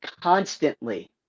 constantly